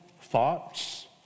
thoughts